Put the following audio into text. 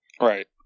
Right